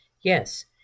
Yes